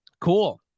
Cool